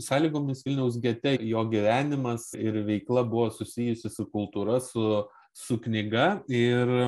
sąlygomis vilniaus gete jo gyvenimas ir veikla buvo susijusi su kultūra su su knyga ir